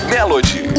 Melody